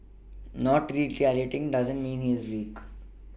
not retaliating does not mean he is weak